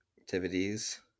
activities